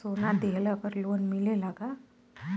सोना दिहला पर लोन मिलेला का?